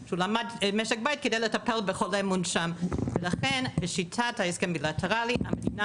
כדי לטפל בחולה מונשם ולכן בשיטת ההסכם הבילטרלי המדינה